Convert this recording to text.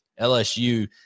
LSU